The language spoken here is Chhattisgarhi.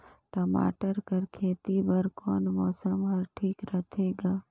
टमाटर कर खेती बर कोन मौसम हर ठीक होथे ग?